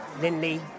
Lindley